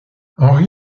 henri